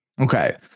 Okay